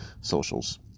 socials